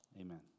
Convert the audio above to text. amen